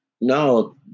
no